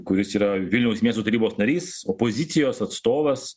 kuris yra vilniaus miesto tarybos narys opozicijos atstovas